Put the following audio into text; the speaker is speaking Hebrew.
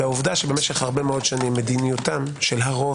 והעובדה שמשך הרבה מאוד שנים מדיניותם של הרוב